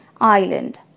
island